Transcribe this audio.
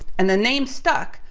and the name stuck.